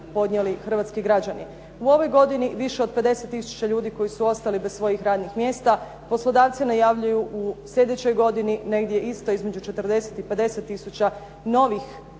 podnijeli hrvatski građani. U ovoj godini više od 50 tisuća koji su ostali bez svojih radnih mjesta, poslodavci najavljuju u sljedećoj godini negdje isto između 40 i 50 tisuća novih